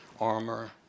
armor